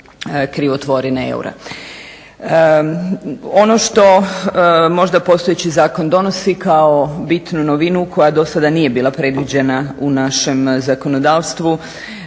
krivotvorine eura. Ono što možda postojeći zakon donosi kao bitnu novinu koja dosada nije bila predviđena u našem zakonodavstvu